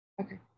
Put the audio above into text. okay